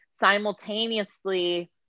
simultaneously